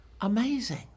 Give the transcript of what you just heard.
Amazing